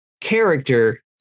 character